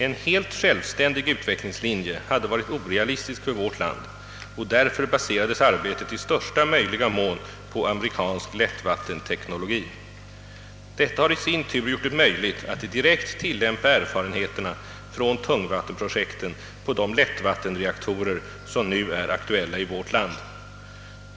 En helt självständig utvecklingslinje hade varit orealistisk för vårt land, och därför baserades arbetet i största möjliga mån på amerikansk lättvattenteknologi. Detta har i sin tur gjort det möjligt att direkt tillämpa erfarenheterna från tungvattenprojekten på de lättvattenreaktorer, som nu är aktuella i vårt land.